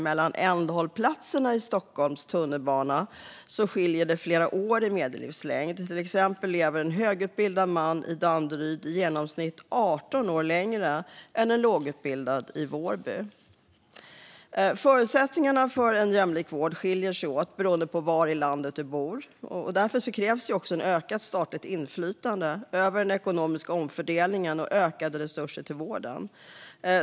Mellan ändhållplatserna i Stockholms tunnelbana skiljer det flera år i medellivslängd. Till exempel lever en högutbildad man i Danderyd i genomsnitt 18 år längre än en lågutbildad man i Vårby. Förutsättningarna för en jämlik vård skiljer sig åt beroende på var i landet du bor, och därför krävs ett ökat statligt inflytande över den ekonomiska omfördelningen och ökade resurser till vården.